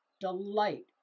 delight